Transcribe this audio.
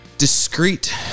discreet